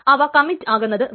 അവ കമ്മിറ്റ് ആകുന്നതുവരെ